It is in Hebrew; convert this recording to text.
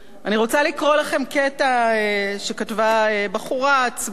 אני רוצה לקרוא לכם קטע שכתבה בחורה עצמאית,